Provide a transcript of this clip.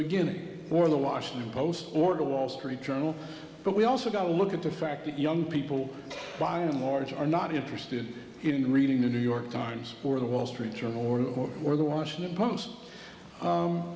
beginning for the washington post or the wall street journal but we also got to look at the fact that young people by a margin are not interested in reading the new york times or the wall street journal or or the washington post